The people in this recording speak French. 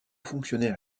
fonctionnaire